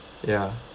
ya